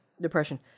depression